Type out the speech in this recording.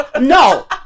No